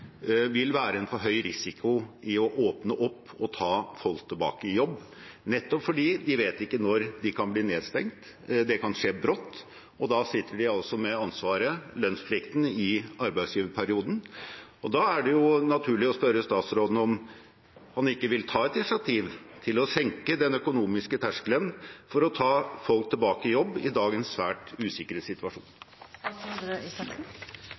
vil være en for høy risiko å åpne opp og ta folk tilbake i jobb, nettopp fordi de ikke vet når de kan bli nedstengt. Det kan skje brått, og da sitter de altså med ansvaret, lønnsplikten, i arbeidsgiverperioden. Da er det naturlig å spørre statsråden om han ikke vil ta et initiativ til å senke den økonomiske terskelen for å ta folk tilbake i jobb i dagens svært usikre